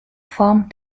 form